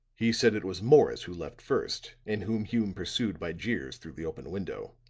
he said it was morris who left first and whom hume pursued by jeers through the open window.